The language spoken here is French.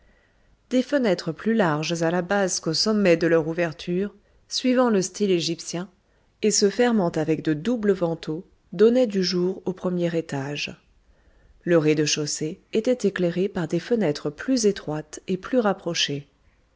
des fenêtres plus larges à la base qu'au sommet de leur ouverture suivant le style égyptien et se fermant avec de doubles vantaux donnaient du jour au premier étage le rez-de-chaussée était éclairé par des fenêtres plus étroites et plus rapprochées